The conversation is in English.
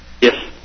Yes